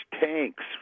tanks